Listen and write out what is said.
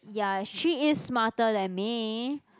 ya she is smarter than me